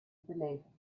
beleven